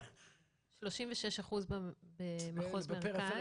-- 36% במחוז המרכז.